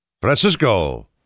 Francisco